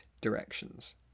directions